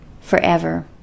forever